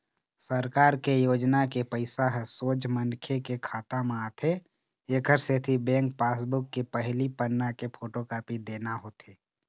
सरकार के योजना के पइसा ह सोझ मनखे के खाता म आथे एकर सेती बेंक पासबूक के पहिली पन्ना के फोटोकापी देना होथे